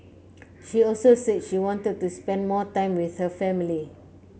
she also said she wanted to spend more time with her family